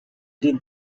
did